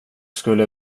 skulle